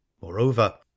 moreover